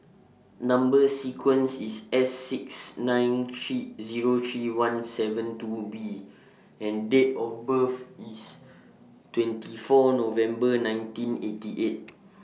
Number sequence IS S six nine three Zero three one seven two B and Date of birth IS twenty four November nineteen eighty eight